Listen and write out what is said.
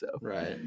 Right